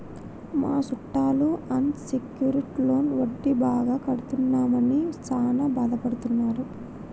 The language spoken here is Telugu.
మా సుట్టాలు అన్ సెక్యూర్ట్ లోను వడ్డీ బాగా కడుతున్నామని సాన బాదపడుతున్నారు